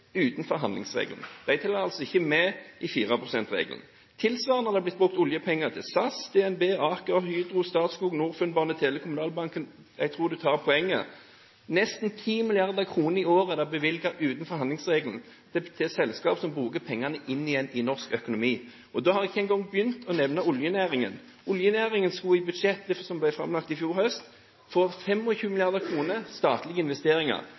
De teller altså ikke med i 4 pst.-regelen. Tilsvarende har det blitt brukt oljepenger til SAS, DnB, Aker, Hydro, Statskog, Norfund, BaneTele og Kommunalbanken – jeg tror statsministeren tar poenget. Det er bevilget nesten 10 mrd. kr i året utenfor handlingsregelen til selskaper som bruker pengene inn igjen i norsk økonomi, og da har jeg ikke engang begynt å nevne oljenæringen. Oljenæringen skulle få 25 mrd. kr i